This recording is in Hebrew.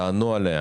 תענו עליה